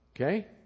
Okay